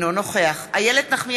אני רוצה לענות לך, זחאלקה.